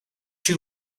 too